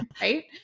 right